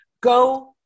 Go